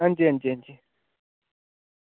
हां जी हां जी हां जी